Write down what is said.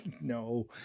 No